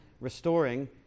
restoring